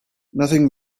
nothing